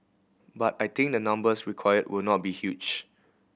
but I think the numbers required will not be huge